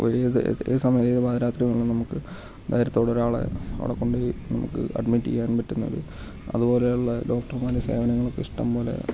ഏത് സമയത്ത് ഏത് പാതിരാത്രി വേണമെങ്കിലും നമുക്ക് ധൈര്യത്തോടെ ഒരാളെ നമുക്ക് അവിടെ കൊണ്ട് പോയി നമുക്ക് അഡ്മിറ്റ് ചെയ്യാൻ പറ്റുന്നൊരു അത് പോലെയുള്ള ഡോക്ടർമാരുടെ സേവനങ്ങളും ഒക്കെ ഇഷ്ടംപോലെ